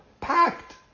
packed